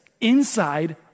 inside